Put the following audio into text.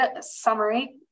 summary